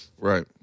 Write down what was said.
Right